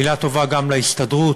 מילה טובה גם להסתדרות,